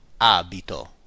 abito